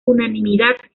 unanimidad